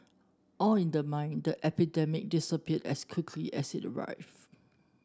all in the mind The epidemic disappeared as quickly as it arrived